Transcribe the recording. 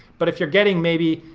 but if you're getting maybe,